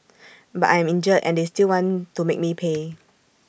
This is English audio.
but I'm injured and they still want to make me pay